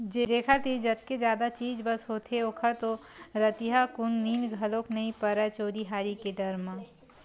जेखर तीर जतके जादा चीज बस होथे ओखर तो रतिहाकुन नींद घलोक नइ परय चोरी हारी के डर म